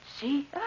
See